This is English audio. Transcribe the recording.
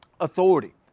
authority